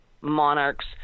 monarchs